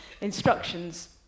instructions